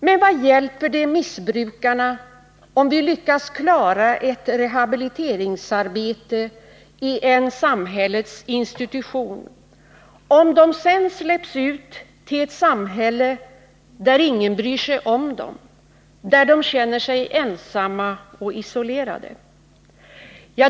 Men vad hjälper det missbrukarna om vi lyckas klara ett rehabiliteringsarbete i en samhällets institution, om de sedan släpps ut till ett samhälle där ingen bryr sig om dem, där de känner sig ensamma och isolerade?